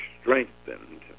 strengthened